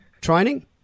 training